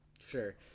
Sure